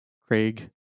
Craig